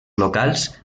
locals